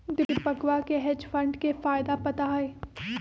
दीपकवा के hedge fund के फायदा पता हई